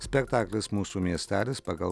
spektaklis mūsų miestelis pagal